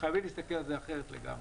וחייבים להסתכל על זה אחרת לגמרי.